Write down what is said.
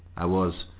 i was,